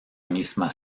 misma